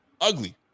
Ugly